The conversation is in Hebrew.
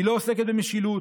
היא לא עוסקת במשילות,